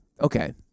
Okay